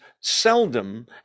seldom